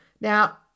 Now